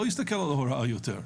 לא יסתכל על ההוראה יותר.